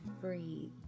breathe